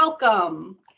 Welcome